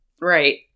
Right